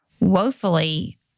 woefully